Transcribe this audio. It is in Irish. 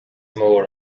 mór